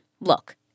look